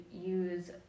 use